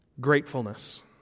gratefulness